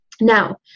Now